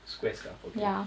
square scarf okay